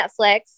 Netflix